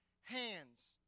hands